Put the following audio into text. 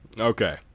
Okay